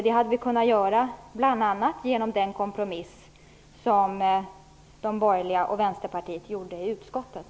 Det hade bl.a. kunnat ske genom den kompromiss som de borgerliga och Vänsterpartiet gjorde i utskottet.